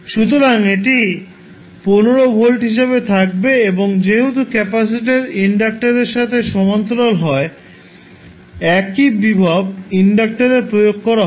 সুতরাং এটি 15 ভোল্ট হিসাবে থাকবে এবং যেহেতু ক্যাপাসিটার ইন্ডাক্টরের সাথে সমান্তরাল হয় একই বিভব ইন্ডাক্টর এ প্রয়োগ করা হবে